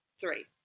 Three